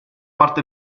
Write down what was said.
parte